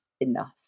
enough